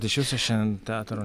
ir iš viso šian teatro